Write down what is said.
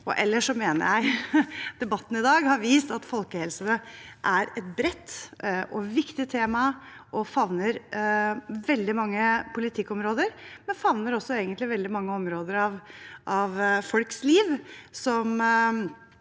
Ellers mener jeg debatten i dag har vist at folkehelse er et bredt og viktig tema som favner veldig mange politikkområder, men som egentlig også favner veldig mange områder av folks liv –